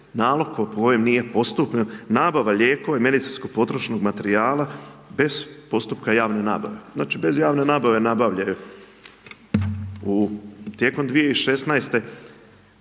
nalog po kojem nije postupljeno, nabava lijekova i medicinskog potrošnog materijala, bez postupka javne nabave. Znači bez javne nabave nabavljaju. Tijekom 2016.